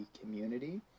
community